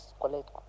collect